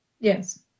Yes